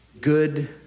good